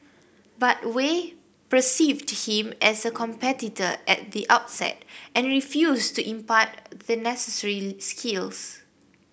but Wei perceived him as a competitor at the outset and refused to impart the necessary skills